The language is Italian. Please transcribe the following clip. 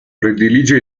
predilige